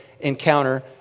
encounter